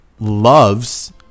Loves